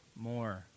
more